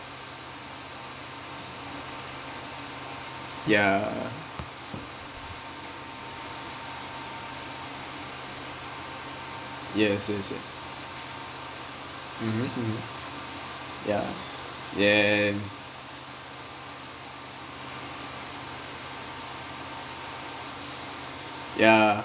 yeah yes yes yes mmhmm mmhmm ya and ya